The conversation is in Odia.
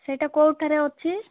ସେଇଟା କେଉଁଠାରେ ଅଛି